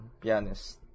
pianist